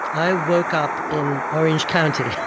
i woke up in orange county.